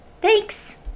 Thanks